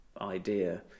idea